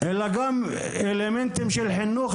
אלא גם אלמנטים של חינוך.